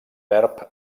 verb